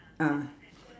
ah